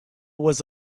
was